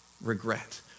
regret